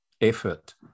effort